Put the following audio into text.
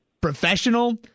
professional